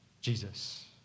Jesus